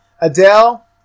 Adele